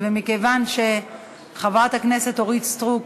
מכיוון שחברת הכנסת אורית סטרוק